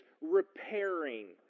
repairing